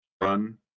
Run